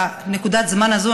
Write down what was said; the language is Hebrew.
בנקודת הזמן הזאת,